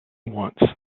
once